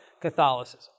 Catholicism